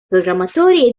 programmatori